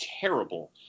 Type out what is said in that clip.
terrible